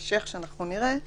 כמו שנראה בהמשך.